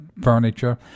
furniture